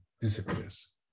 disappears